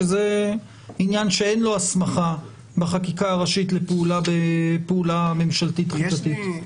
שזה עניין שאין לו הסמכה בחקיקה הראשית לפעולה ממשלתית תחיקתית.